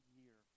year